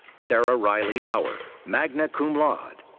sarah riley auer, magna cum laude.